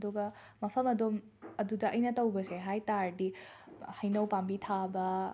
ꯑꯗꯨꯒ ꯃꯐꯝ ꯑꯗꯨꯝ ꯑꯗꯨꯗ ꯑꯩꯅ ꯇꯧꯕꯁꯦ ꯍꯥꯏ ꯇꯥꯔꯗꯤ ꯍꯩꯅꯧ ꯄꯥꯝꯕꯤ ꯊꯥꯕ